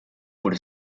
por